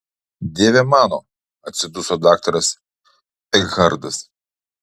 dieve mano atsiduso daktaras ekhartas